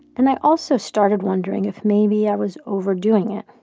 and i also started wondering if maybe i was overdoing it